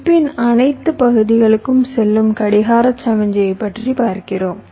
சிப்பின் அனைத்து பகுதிகளுக்கும் செல்லும் கடிகார சமிக்ஞை பற்றி பார்க்கிறோம்